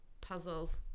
Puzzles